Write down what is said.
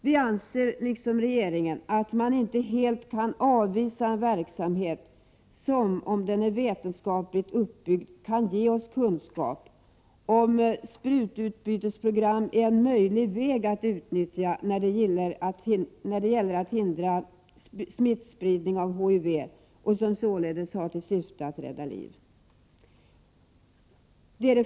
Vi anser för det första, liksom regeringen, att en verksamhet inte helt kan avvisas som, om den är vetenskapligt uppbyggd, kan ge kunskap om huruvida sprututbytesprogram är en möjlig väg att gå när det gäller att hindra smittspridning av HIV, där syftet således är att rädda liv.